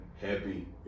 happy